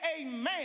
amen